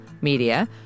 media